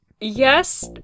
Yes